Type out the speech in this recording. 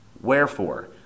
Wherefore